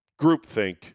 groupthink